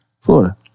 Florida